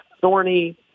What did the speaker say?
thorny